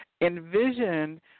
envision